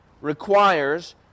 requires